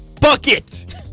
Bucket